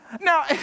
Now